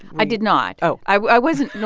i did not oh i wasn't.